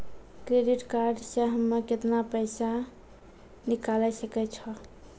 Credit card से हम्मे केतना पैसा निकाले सकै छौ?